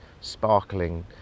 sparkling